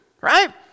Right